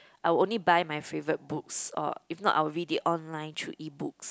I will only buy my favourite books or if not I will read it online through EBooks